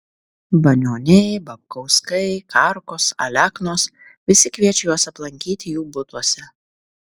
banioniai babkauskai karkos aleknos visi kviečia juos aplankyti jų butuose